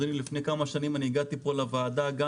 אני לפני כמה שנים אני הגעתי פה לוועדה גם